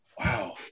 wow